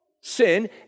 sin